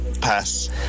Pass